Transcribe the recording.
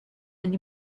and